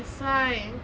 that's why